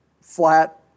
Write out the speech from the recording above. flat